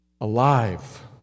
Alive